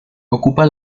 ocupa